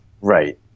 Right